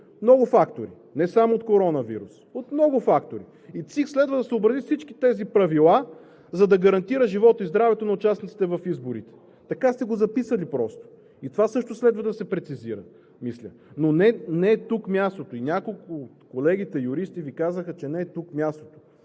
много фактори, не само от коронавирус, от много фактори. И Централната избирателна комисия следва да съобрази всички тези правила, за да гарантира живота и здравето на участниците в изборите. Така сте го записали просто. И това също следва да се прецизира, мисля. Но не е тук мястото. И няколко от колегите юристи Ви казаха, че не е тук мястото.